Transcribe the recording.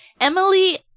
Emily